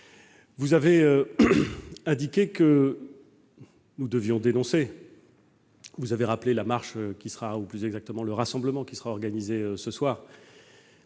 Vous avez indiqué que nous devions dénoncer ces faits et vous avez rappelé la marche ou, plus exactement, le rassemblement qui sera organisé ce soir à